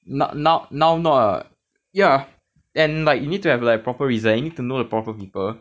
not now now not ah ya and like you need to have like proper reason and need to know the proper people